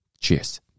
Cheers